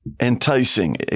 enticing